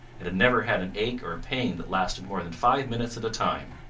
and had never had an ache or a pain that lasted more than five minutes at a time.